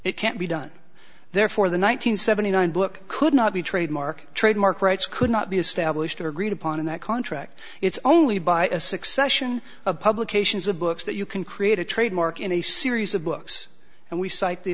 it can't be done therefore the one nine hundred seventy nine book could not be trademark trademark rights could not be established agreed upon in that contract it's only by a succession of publications or books that you can create a trademark in a series of books and we cite the